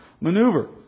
maneuver